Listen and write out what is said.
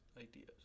ideas